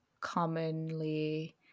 commonly